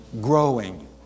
growing